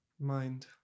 Mind